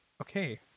okay